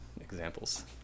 examples